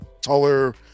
taller